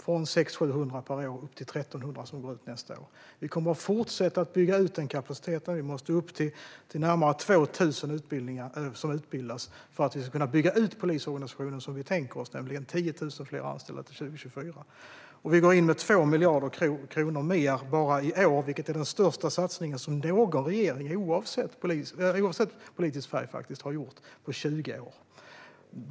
Från 600-700 per år ökar det till 1 300, som går ut nästa år. Vi kommer att fortsätta bygga ut kapaciteten. Vi måste upp till närmare 2 000 utbildade för att vi ska kunna bygga ut polisorganisationen som vi tänker oss, nämligen med 10 000 fler anställda till 2024. Vi går in med 2 miljarder kronor mer bara i år, vilket är den största satsning som någon regering, oavsett politisk färg, har gjort på 20 år.